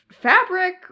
fabric